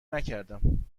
نکردم